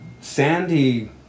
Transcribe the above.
Sandy